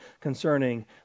concerning